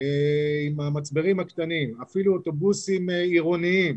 עם המצברים הקטנים, אפילו אוטובוסים עירוניים